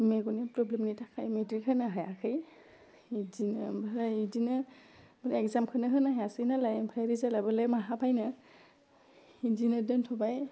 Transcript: मेगननि प्रब्लेमनि थाखाय मेट्रिक होनो हायाखै बिदिनो ओमफ्राय बिदिनो इग्जामखौनो होनो हायासै नालाय ओमफ्राय रिजालाबोलाय बहा फैनो बिदिनो दोनथ'बाय